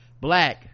black